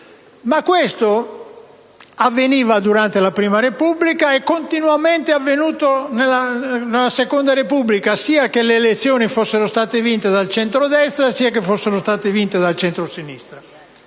Questo avveniva durante la Prima Repubblica ed è continuamente avvenuto nella Seconda Repubblica, sia che le elezioni fossero state vinte dal centrodestra, sia dal centrosinistra.